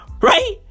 Right